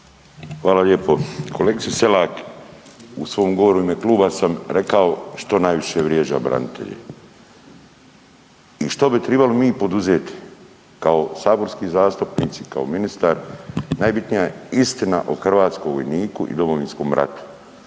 Hvala lijepo. Kolegice Selak u svom govoru u ime Kluba sam rekao što najviše vrijeđa branitelje. I što bi trebali mi poduzeti kao saborski zastupnici, kao ministar najbitnija je istina o hrvatskom vojniku i Domovinskom ratu.